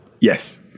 Yes